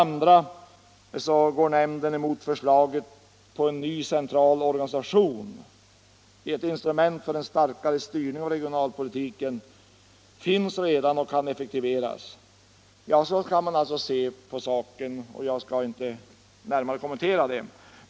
Vidare går nämnden mot förslaget till en ny central organisation; ett instrument för en starkare styrning av regionalpolitiken finns redan och kan effektiviseras. Ja, så kan man alltså se på saken, och jag skall inte närmare kommentera detta.